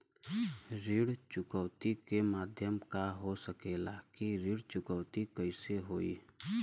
ऋण चुकौती के माध्यम का हो सकेला कि ऋण चुकौती कईसे होई?